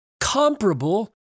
comparable